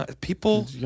people